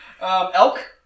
Elk